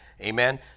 Amen